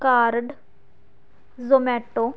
card Zomato